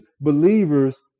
believers